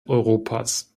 europas